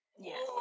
yes